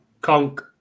Conk